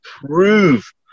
prove